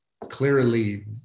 clearly